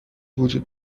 وجود